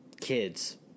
kids